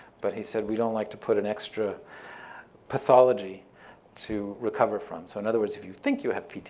but he said, we don't like to put an extra pathology to recover from. so in other words, if you think you have ptsd,